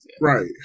Right